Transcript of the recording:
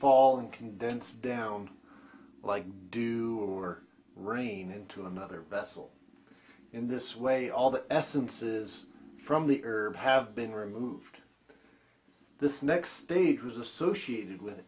fall in condensed down like you do or rain into another vessel in this way all the essences from the herb have been removed this next stage was associated with